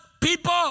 people